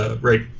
right